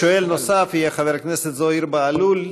שואל נוסף יהיה חבר הכנסת זוהיר בהלול,